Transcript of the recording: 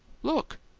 look!